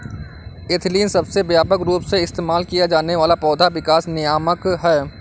ethylene सबसे व्यापक रूप से इस्तेमाल किया जाने वाला पौधा विकास नियामक है